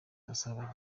asaba